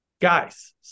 Guys